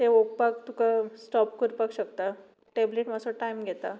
ते ओंकपाक तुका स्टोप करपाक शकता टॅबलेट मातसो टायम घेता